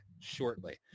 shortly